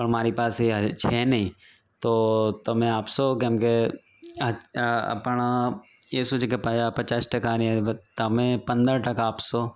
પણ મારી પાસે છે નહીં તો તમે આપશો કેમકે પણ એ શું છે પ પચાસ ટકાને તમે પંદર ટકા આપશો